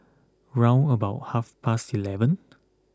round about half past eleven